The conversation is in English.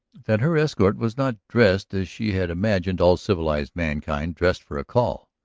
that her escort was not dressed as she had imagined all civilized mankind dressed for a call.